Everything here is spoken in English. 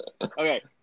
Okay